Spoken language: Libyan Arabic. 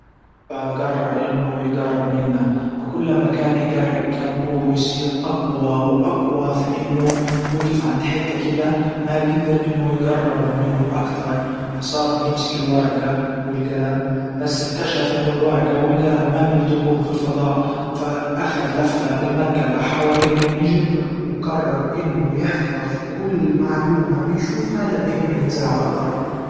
فجرر انه يجرب منا فكل اما كان يجرب كان نوره يصير اقوى واقوى فانه وجف عند حتة كده ما جدر انه يجرب منه اكتر فصار يمسك الورجة والجلم بس اكتشف انه الورجة والجلم ما بيكتبون في الفضاء فاخذ لفة بالمركبة حوالين النجم وقرر انه يحفزظكل معلومة بشوفها لبين ما ينزل على الارض